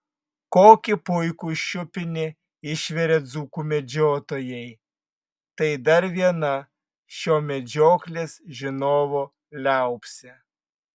kokį puikų šiupinį išvirė dzūkų medžiotojai tai dar viena šio medžioklės žinovo liaupsė